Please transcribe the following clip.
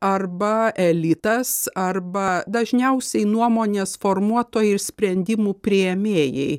arba elitas arba dažniausiai nuomonės formuotojai ir sprendimų priėmėjai